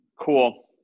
Cool